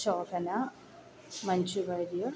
Shobhana Manju Warrier